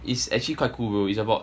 it's actually quite cool bro is about